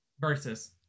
Versus